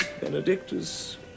Benedictus